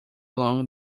along